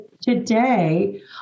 today